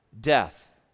death